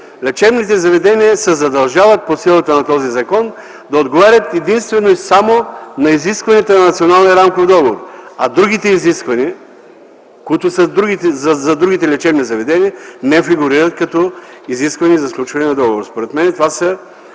лечебните заведения се задължават по силата на този закон да отговарят единствено и само на изискванията на Националния рамков договор, а другите изисквания, които са за другите лечебни заведения, не фигурират като изискване за сключване на договор. Според мен това са